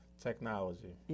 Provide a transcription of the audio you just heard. Technology